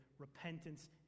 Repentance